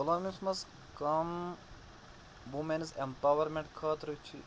پُلٲومِس منٛز کَم women's empowerment خٲطرٕ چھِ